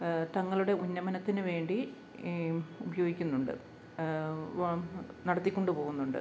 തങ്ങളുടെ ഉന്നമനത്തിന് വേണ്ടി ഈ ഉപയോഗിക്കുന്നുണ്ട് വ നടത്തിക്കൊണ്ട് പോവുന്നുണ്ട്